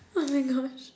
oh my gosh